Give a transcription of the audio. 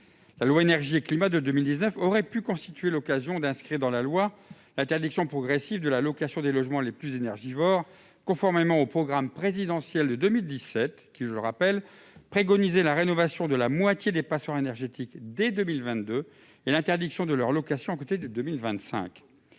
à l'énergie et au climat aurait pu constituer l'occasion de prévoir l'interdiction progressive de la location des logements les plus énergivores, conformément au programme présidentiel de 2017 qui, je le rappelle, préconisait la rénovation de la moitié des passoires énergétiques dès 2022 et l'interdiction de leur location à compter de 2025.